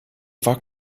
war